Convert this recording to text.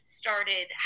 started